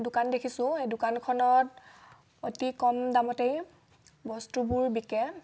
দোকান দেখিছোঁ সেই দোকানখনত অতি কম দামতেই বস্তুবোৰ বিকে